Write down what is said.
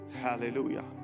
Hallelujah